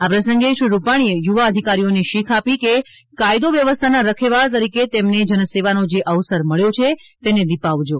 આ પ્રસંગે શ્રી રૂપાણીએ યુવા અધિકારીઓએ ને શીખ આપી હતી કે કાયદો વ્યવસ્થાના રખેવાળ તરીકે તેમને જનસેવાનો જે અવસર મળ્યો છે તેને દીપાવજો